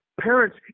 Parents